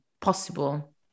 possible